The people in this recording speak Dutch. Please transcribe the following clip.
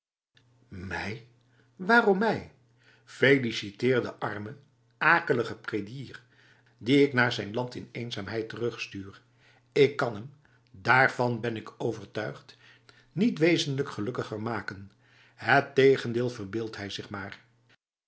mijl waarom mij feliciteerde arme akelige prédier die ik naar zijn land in eenzaamheid terugstuur ik kan hem daarvan ben ik overtuigd niet wezenlijk gelukkiger maken het tegendeel verbeeldt hij zich maar